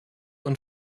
und